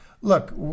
Look